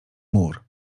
mur